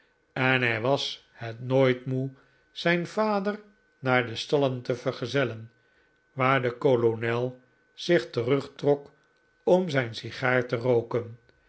en hij was het nooit moe zijn vader naar de stallen te vergezellen waar de kolonel zich terugtrok om zijn sigaar te rooken